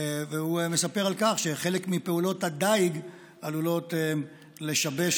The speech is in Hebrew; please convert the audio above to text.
והוא מספר שחלק מפעולות הדיג עלולות לשבש